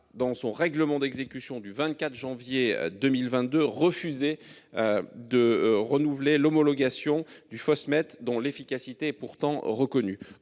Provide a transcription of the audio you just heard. dans son règlement d'exécution du 24 janvier 2022. Refusé. De renouveler l'homologation du Faust mètres dont l'efficacité est pourtant reconnue.